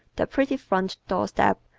the pretty front doorstep,